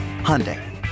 Hyundai